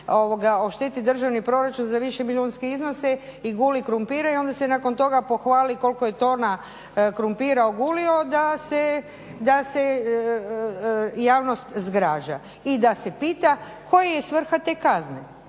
ošteti državni proračun za višemilijunski iznos i guli krumpire i onda se nakon toga pohvali koliko je tona krumpira ogulio da se javnost zgraža i da se pita koja je svrha te kazne?